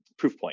Proofpoint